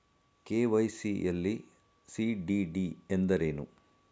KYC ಯಲ್ಲಿ CDD ಎಂದರೇನು?